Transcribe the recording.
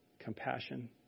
compassion